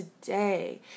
today